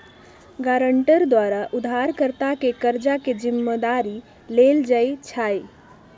guarantor द्वारा उधारकर्ता के कर्जा के जिम्मदारी लेल जाइ छइ